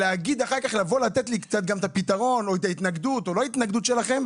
אבל לבוא ולא לתת לי את הפתרון או את ההתנגדות או את העמדה שלכם,